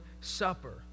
Supper